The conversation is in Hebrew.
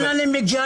אני מבין